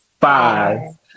five